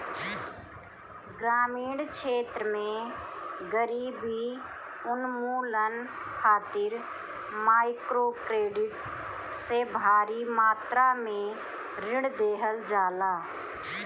ग्रामीण क्षेत्र में गरीबी उन्मूलन खातिर माइक्रोक्रेडिट से भारी मात्रा में ऋण देहल जाला